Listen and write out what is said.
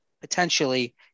potentially